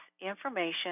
information